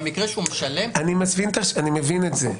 במקרה שהוא משלם --- אני מבין את זה.